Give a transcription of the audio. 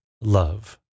love